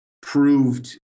proved